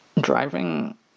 Driving